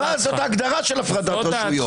זאת ההגדרה של הפרדת רשויות.